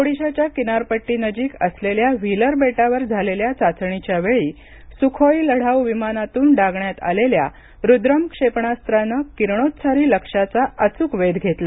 ओडिशाच्या किनारपट्टी नजीक असलेल्या व्हीलर बेटावर झालेल्या चाचणीच्या वेळी सुखोई लढाऊ विमानातून डागण्यात आलेल्या रुद्रम क्षेपणास्त्रान किरणोत्सारी लक्ष्याचा अचूक वेध घेतला